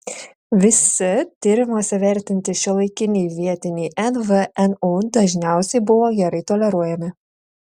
visi tyrimuose vertinti šiuolaikiniai vietiniai nvnu dažniausiai buvo gerai toleruojami